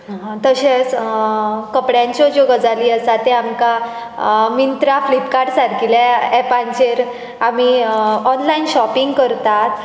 तशेंच कपड्यांच्यो ज्यो गजाली आसा ते आमकां मिंत्रा फ्लिपकार्ट सारकिल्या एपांचेर आमी ऑनलायन शॉपींग करतात